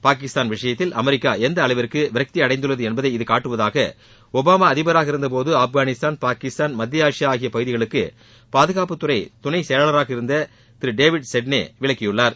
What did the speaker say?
பாகிஸ்தான் விஷயத்தில அமெரிக்கா எந்த அளவிற்கு விரக்தி அடைந்துள்ளது என்பதை இது காட்டுவதாக ஒபாமா அதிபராக இருந்தபோது ஆப்கானிஸ்தான் பாகிஸ்தான் மத்திய ஆசியா ஆகிய பகுதிகளுக்கு பாதுகாப்புத்துறை துணை செயலாளராக இருந்த திரு டேவிட் செட்னே விளக்கியுள்ளார்